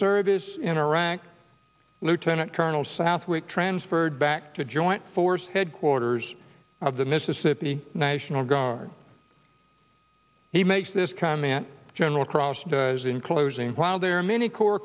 service in iraq lieutenant colonel southwick transferred back to joint force headquarters of the mississippi national guard he makes this comment general cross does in closing while there are many core